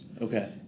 okay